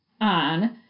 on